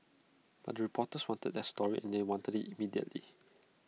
but the reporters wanted their story and they wanted IT immediately